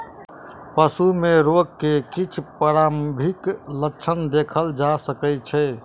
पशु में रोग के किछ प्रारंभिक लक्षण देखल जा सकै छै